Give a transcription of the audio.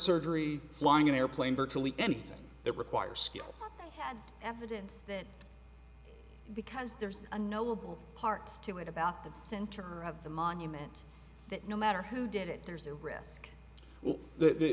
surgery flying an airplane virtually anything that requires skill evidence because there's a knowable part to it about the center of the monument that no matter who did it there's a risk the